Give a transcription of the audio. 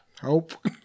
hope